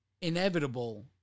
inevitable